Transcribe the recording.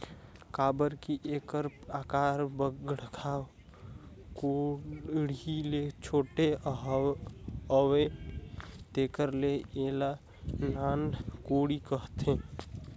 काबर कि एकर अकार बड़खा कोड़ी ले छोटे अहे तेकर ले एला नान कोड़ी कहथे